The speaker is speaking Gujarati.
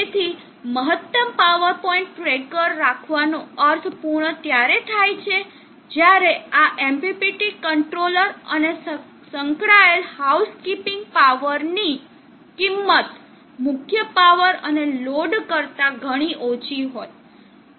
તેથી મહત્તમ પાવર પોઇન્ટ ટ્રેકર રાખવાનો અર્થ પૂર્ણ ત્યારે થાય છે જયારે આ MPPT કંટ્રોલર અને સંકળાયેલ હાઉસકીપિંગ પાવરની કિંમત મુખ્ય પાવર અને લોડ કરતા ઘણી ઓછી હોય